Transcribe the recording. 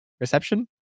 reception